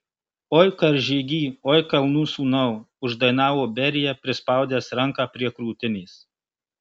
oi karžygy oi kalnų sūnau uždainavo berija prispaudęs ranką prie krūtinės